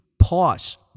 Pause